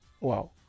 wow